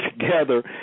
together